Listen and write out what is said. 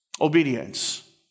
Obedience